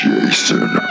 Jason